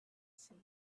see